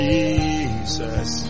Jesus